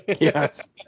Yes